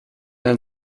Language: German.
ein